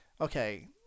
Okay